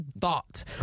thought